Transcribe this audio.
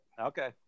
Okay